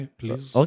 please